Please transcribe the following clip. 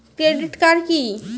Credit card কি?